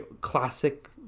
classic